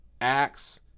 acts